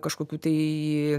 kažkokių tai